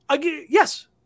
Yes